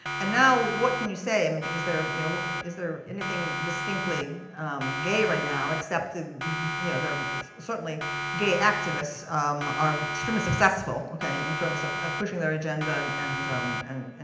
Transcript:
and now, what can you say? um is there you know is there anything distinctly gay right now, except ah yeah there are certainly gay activists are extremely successful in terms of of pushing their agenda. and and and and